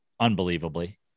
Unbelievably